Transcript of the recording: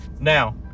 Now